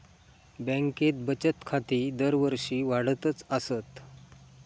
बँकेत बचत खाती दरवर्षी वाढतच आसत